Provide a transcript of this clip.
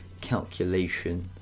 calculation